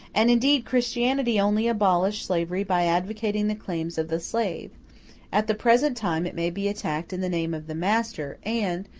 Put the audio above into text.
and indeed christianity only abolished slavery by advocating the claims of the slave at the present time it may be attacked in the name of the master, and,